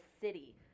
city